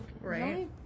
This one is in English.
Right